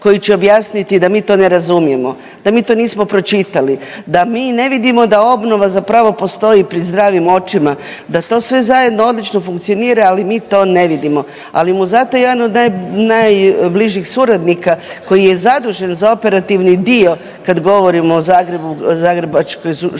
koji će objasniti da mi to ne razumijemo, da mi to nismo pročitali, da mi ne vidimo da obnova zapravo postoji pri zdravim očima, da to sve zajedno odlično funkcionira, ali mi to ne vidimo. Ali mu zato jedan od najbližih suradnika koji je zadužen za operativni dio kad govorimo o Zagrebu, Zagrebačkoj županiji